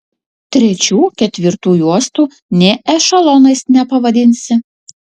trečių ketvirtų juostų nė ešelonais nepavadinsi